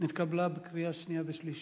עולה להודות לנו שהצבענו לך?